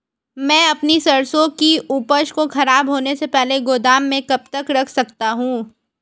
मैं अपनी सरसों की उपज को खराब होने से पहले गोदाम में कब तक रख सकता हूँ?